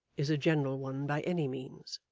is a general one by any means.